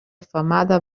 femada